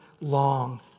long